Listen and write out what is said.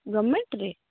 ଗମେଣ୍ଟ୍ରେ